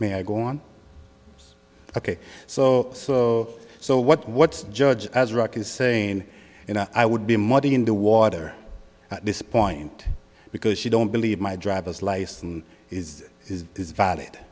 may i go on ok so so so what what's judge as rock is saying you know i would be muddying the water at this point because you don't believe my driver's license is is is valid